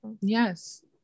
Yes